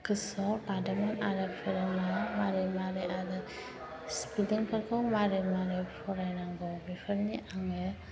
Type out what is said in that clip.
गोसोआव लादोंमोन आरो फोरोंनायाव माबोरै माबोरै आरो स्पेलिंफोरखौ माबोरै माबोरै फरायनांगौ बेफोरनि आङो